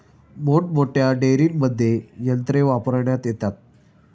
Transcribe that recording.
मोठमोठ्या डेअरींमध्ये यंत्रे वापरण्यात येतात